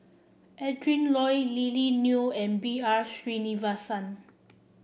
Adrin Loi Lily Neo and B R Sreenivasan